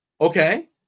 Okay